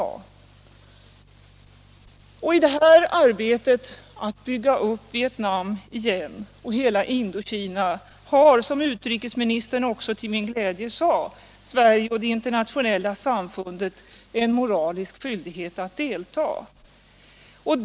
I det här arbetet med att bygga upp Vietnam och hela Indokina igen har, som utrikesministern också till min glädje sade, Sverige och det internationella samfundet en moralisk skyldighet att delta.